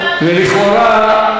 ולכאורה,